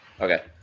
Okay